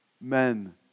men